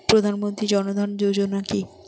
প্রধান মন্ত্রী জন ধন যোজনা কি?